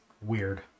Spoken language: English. weird